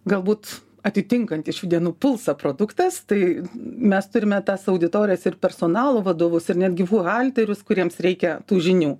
galbūt atitinkantis šių dienų pulsą produktas tai mes turime tas auditorijas ir personalo vadovus ir netgi vuhalterius kuriems reikia tų žinių